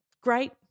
Great